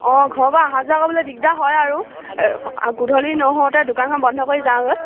অঁ ঘৰৰপৰা অহা যোৱা কৰিবলৈ দিগদাৰ হয় আৰু গধূলি নহওঁতে দোকানখন বন্ধ কৰি যাওঁগৈ